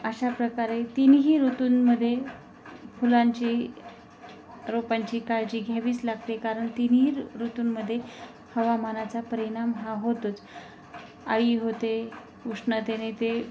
अशा प्रकारे तिन्ही ऋतुंमध्ये फुलांची रोपांची काळजी घ्यावीच लागते कारण तिन्ही ऋतुंमध्ये हवामानाचा परिणाम हा होतोच अळी होते उष्णतेने ते